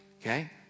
okay